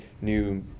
new